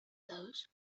those